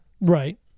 Right